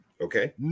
Okay